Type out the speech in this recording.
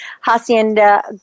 Hacienda